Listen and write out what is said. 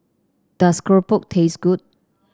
does keropok taste good